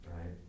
Right